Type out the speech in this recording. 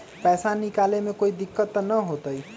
पैसा निकाले में कोई दिक्कत त न होतई?